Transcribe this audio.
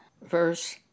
verse